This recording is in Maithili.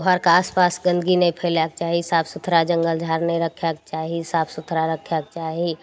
घरके आसपास गन्दगी नहि फैलैके चाही साफ सुथड़ा जङ्गल झाड़ नहि रक्खैके चाही साफ सुथड़ा रक्खैके चाही